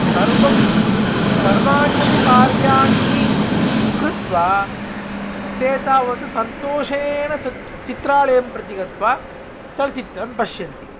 सर्वं सर्वाण्यपि कार्याणि कृत्वा ते तावत् सन्तोषेण चि चित्रालयं प्रति गत्वा चलचित्रं पश्यन्ति